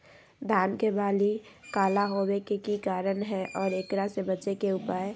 धान के बाली काला होवे के की कारण है और एकरा से बचे के उपाय?